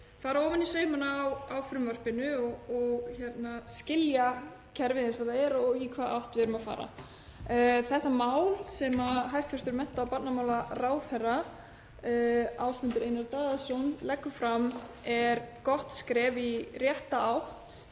fara ofan í saumana á frumvarpinu og skilja kerfið eins og það er og í hvaða átt við erum að fara. Þetta mál sem hæstv. mennta- og barnamálaráðherra, Ásmundur Einar Daðason, leggur fram er gott skref í rétta átt